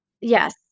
Yes